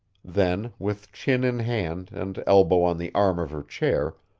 then, with chin in hand and elbow on the arm of her chair,